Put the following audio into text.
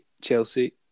Chelsea